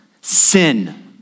Sin